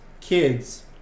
kids